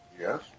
Yes